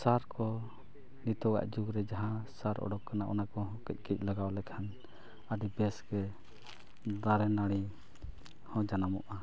ᱥᱟᱨ ᱠᱚ ᱱᱤᱛᱚᱜᱼᱟᱜ ᱡᱩᱜᱽ ᱨᱮ ᱡᱟᱦᱟᱸ ᱥᱟᱨ ᱩᱰᱩᱠ ᱟᱠᱟᱱᱟ ᱚᱱᱟ ᱠᱚᱦᱚᱸ ᱠᱟᱹᱡᱼᱠᱟᱹᱡ ᱞᱟᱜᱟᱣ ᱞᱮᱠᱷᱟᱱ ᱟᱹᱰᱤ ᱵᱮᱥᱜᱮ ᱫᱟᱨᱮᱼᱱᱟᱹᱲᱤ ᱦᱚᱸ ᱡᱟᱱᱟᱢᱚᱜᱼᱟ